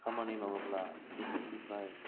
खामानि मावोब्ला बेसोरनिफ्राय